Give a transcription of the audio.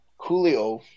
Coolio